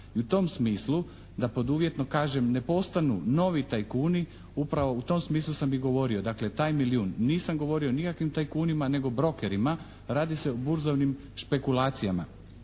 i u tom smislu da uvjetno kažem, ne postanu novi tajkuni. Upravo u tom smislu sam i govorio. Dakle taj milijun, nisam govorio o nikakvim milijunima nego brokerima, radi se o burzovnim špekulacijama.